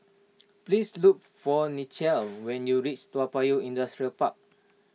please look for Nichelle when you reach Toa Payoh Industrial Park